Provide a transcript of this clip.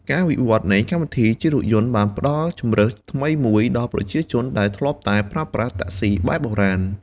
ការវិវត្តនៃកម្មវិធីជិះរថយន្តបានផ្តល់ជម្រើសថ្មីមួយដល់ប្រជាជនដែលធ្លាប់តែប្រើប្រាស់តាក់ស៊ីបែបបុរាណ។